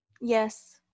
Yes